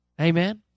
Amen